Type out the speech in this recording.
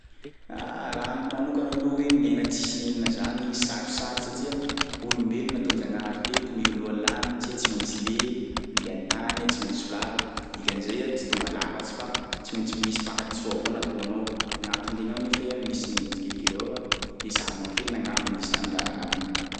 Ah! Raha amiko manokana aloha hoe miaina tsisy nenina zany sarosarotry satsia olombelo nataon-Jagnahary teto miloloha lanitry iha tsy maintsy le.., mandeha an-tany iha tsy maintsy solafaky, dikan'izay iha tsy tonga lafatry fa tsy maintsy misy fahadisoa avao nataonao gnatin'iregny ao nefa iha misy neny tsikelikely avao fa ezahanao afenina angambany izy zany raha anona.